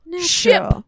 ship